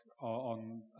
on